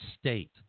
state